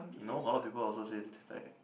no got a lot people also say this taste like